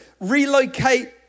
relocate